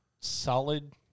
solid